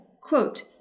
quote